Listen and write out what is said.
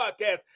Podcast